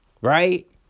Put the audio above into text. Right